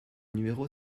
numéro